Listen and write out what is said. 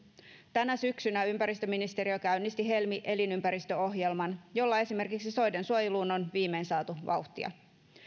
tänä syksynä ympäristöministeriö käynnisti helmi elinympäristöohjelman jolla esimerkiksi soidensuojeluun on viimein saatu vauhtia